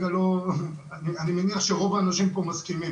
ואני מניח שרוב האנשים פה מסכימים,